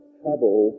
trouble